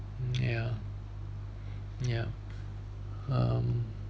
mm yeah yup um